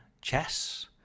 chess